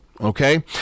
Okay